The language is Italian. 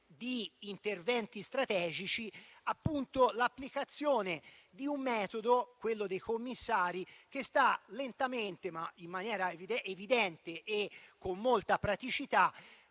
di interventi strategici. Siamo di fronte all'applicazione di un metodo, quello dei commissari, che sta lentamente, ma in maniera evidente e con molta praticità,